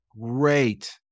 great